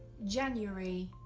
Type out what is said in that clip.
january,